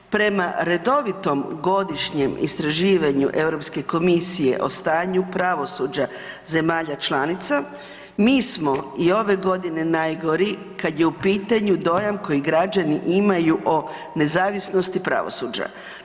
Prema redovitom godišnjem istraživanju Europske komisije o stanju pravosuđa zemalja članica, mi smo i ove godine najgori kada je u pitanju dojam koji građani imaju o nezavisnosti pravosuđa.